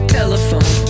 telephone